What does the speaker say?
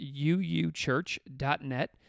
uuchurch.net